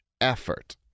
effort